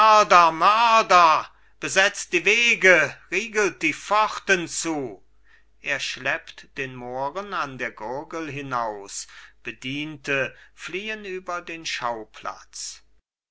besetzt die wege riegelt die pforten zu er schleppt den mohren an der gurgel hinaus bediente fliehen über den schauplatz